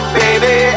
baby